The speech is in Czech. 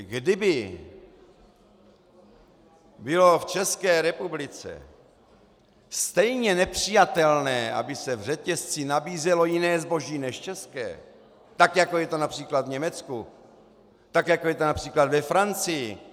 Kdyby bylo v České republice stejně nepřijatelné, aby se v řetězci nabízelo jiné zboží než české, tak jako je to například v Německu, tak jako je to například ve Francii.